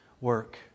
work